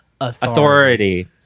authority